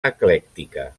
eclèctica